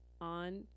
on